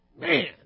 Man